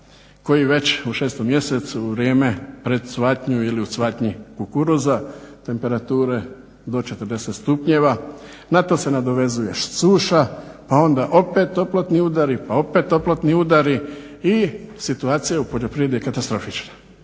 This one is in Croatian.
koji već u 6. mjesecu u vrijeme pred cvatnju ili u cvatnji kukuruza temperature do 40 stupnjeva. Na to se nadovezuje suša, a onda opet toplotni udari pa opet toplotni udari i situacija u poljoprivredi je katastrofična.